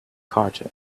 carter